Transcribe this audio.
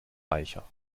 reicher